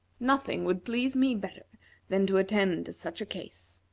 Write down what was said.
nothing would please me better than to attend to such a case.